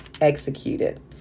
executed